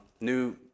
New